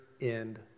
end